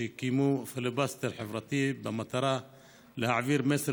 שהקימו פיליבסטר חברתי במטרה להעביר מסר